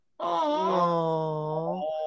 Aww